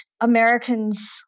Americans